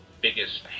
biggest